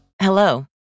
Hello